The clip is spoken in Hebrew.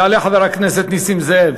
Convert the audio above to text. יעלה חבר הכנסת נסים זאב.